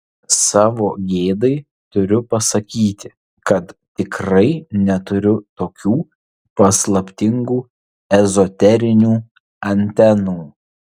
savo gėdai turiu pasakyti kad tikrai neturiu tokių paslaptingų ezoterinių antenų